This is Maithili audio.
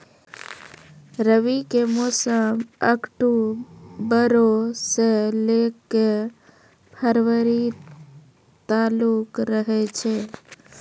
रबी के मौसम अक्टूबरो से लै के फरवरी तालुक रहै छै